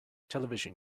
television